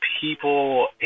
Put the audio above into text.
people